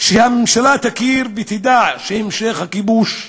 שהממשלה תכיר ותדע שהמשך הכיבוש,